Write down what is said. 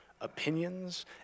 opinions